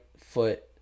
foot